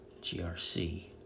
GRC